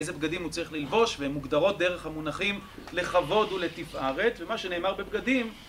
איזה בגדים הוא צריך ללבוש, והם מוגדרות דרך המונחים לכבוד ולתפארת, ומה שנאמר בבגדים